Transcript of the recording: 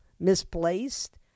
misplaced